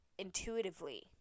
intuitively